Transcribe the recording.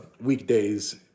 weekdays